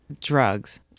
Drugs